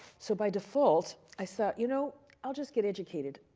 so, by default, i thought, you know, i'll just get educated.